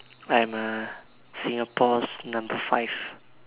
I'm a Singapore's number five